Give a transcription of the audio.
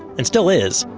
and still is,